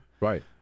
right